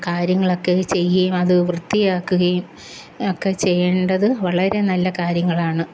കാര്യങ്ങ ഒക്കെ ചെയ്യുകയും അത് വൃത്തിയാക്കുകയും ഒക്കെ ചെയ്യേണ്ടത് വളരെ നല്ല കാര്യങ്ങളാണ്